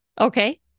Okay